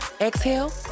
exhale